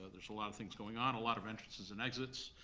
there's a lot of things going on, a lot of entrances and exits.